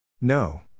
No